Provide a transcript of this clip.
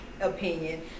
opinion